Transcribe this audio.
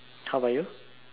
how about you